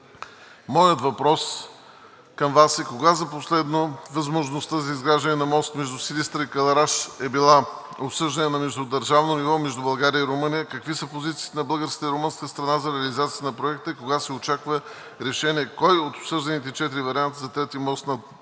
моят въпрос към Вас е: кога за последно възможността за изграждане на мост между Силистра и Кълъраш е била обсъждана на междудържавно ниво между България и Румъния? Какви са позициите на българската и румънската страна за реализацията на Проекта? Кога се очаква решение кой от обсъжданите четири варианта за трети мост над река